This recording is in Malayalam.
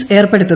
ഇ ഏർപ്പെടുത്തി